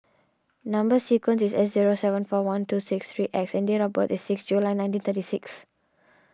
Number Sequence is S zero seven four one two six three X and date of birth is six July nineteen thirty six